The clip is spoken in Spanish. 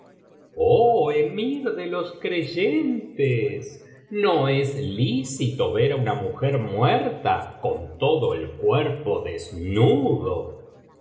oh emir de los creyentes no es lícito ver á una mujer muerta con tocio el cuerpo desnudo